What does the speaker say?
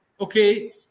okay